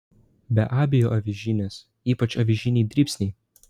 be abejo avižinės ypač avižiniai dribsniai